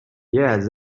yes